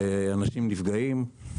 אנשים נפגעים.